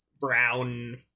brown